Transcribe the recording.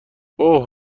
اوه